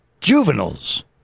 juveniles